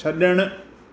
छड॒णु